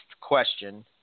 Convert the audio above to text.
question